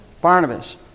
Barnabas